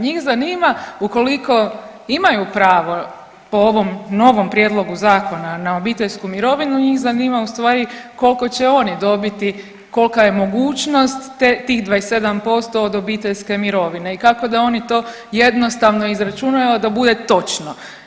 Njih zanima ukoliko imaju pravo po ovom novom prijedlogu zakona na obiteljsku mirovinu, njih zanima ustvari koliko će oni dobiti kolika je mogućnost tih 27% od obiteljske mirovine i kako da oni to jednostavno izračunaju, a da bude točno.